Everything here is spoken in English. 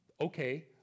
Okay